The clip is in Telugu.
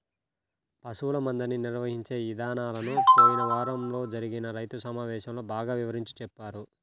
పశువుల మందని నిర్వహించే ఇదానాలను పోయిన వారంలో జరిగిన రైతు సమావేశంలో బాగా వివరించి చెప్పారు